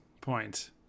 point